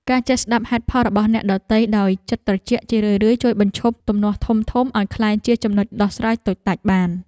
ការចេះស្តាប់ហេតុផលរបស់អ្នកដទៃដោយចិត្តត្រជាក់ជារឿយៗជួយបញ្ឈប់ទំនាស់ធំៗឱ្យក្លាយជាចំណុចដោះស្រាយតូចតាចបាន។